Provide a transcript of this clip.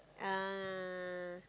ah